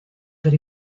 per